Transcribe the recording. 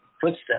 footsteps